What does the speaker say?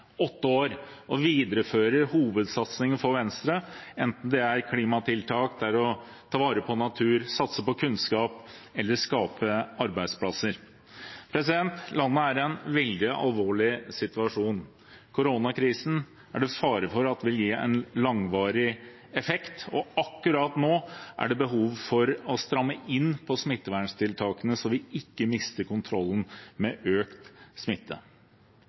åtte år, og som viderefører hovedsatsingene for Venstre, enten det er klimatiltak, å ta vare på natur, satse på kunnskap eller skape arbeidsplasser. Landet er i en veldig alvorlig situasjon. Koronakrisen er det fare for vil gi en langvarig effekt, og akkurat nå er det behov for å stramme inn på smitteverntiltakene, så vi ikke mister kontrollen med økt smitte.